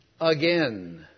again